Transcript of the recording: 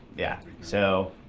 yeah. so